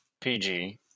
PG